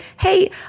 hey